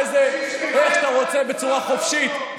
איך שאתה רוצה, בצורה חופשית.